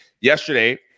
yesterday